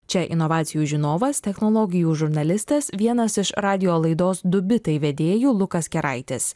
čia inovacijų žinovas technologijų žurnalistas vienas iš radijo laidos du bitai vedėjų lukas keraitis